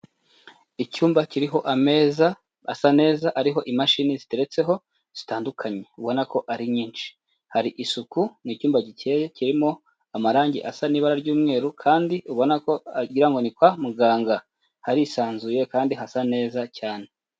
Icyumba kiriho ameza asa neza ariho imashini ziteretseho zitandukanye ubona ko ari nyinshi, hari isuku ni icyumba gikeya kirimo amarangi asa n'ibara ry'umweru kandi ubonako wagira ngo ni kwa muganga, harisanzuye kandi hasa neza cyane.